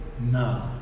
now